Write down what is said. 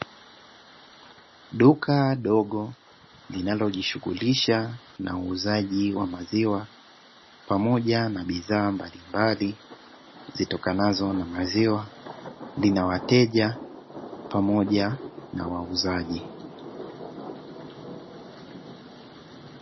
Duka dogo linalojishughulisha na uuzaji wa maziwa pamoja na bidhaa mbalimbali zitokanazo na maziwa lina wateja pamoja na wauzaji.